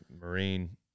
Marine